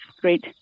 great